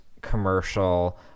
commercial